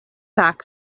back